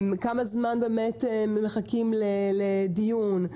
כמה זמן מחכים לדיון?